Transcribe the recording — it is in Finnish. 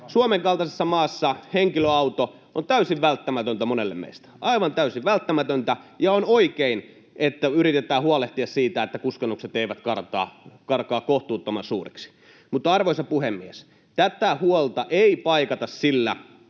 Suomen kaltaisessa maassa henkilöauto on täysin välttämätön monelle meistä, aivan täysin välttämätön, ja on oikein, että yritetään huolehtia siitä, että kustannukset eivät karkaa kohtuuttoman suuriksi. Mutta, arvoisa puhemies, tätä huolta ei paikata sillä,